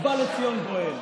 ובא לציון גואל.